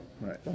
Right